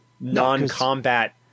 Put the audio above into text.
non-combat